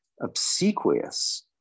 obsequious